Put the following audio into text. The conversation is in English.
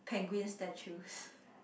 penguins statues